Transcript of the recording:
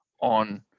on